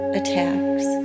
attacks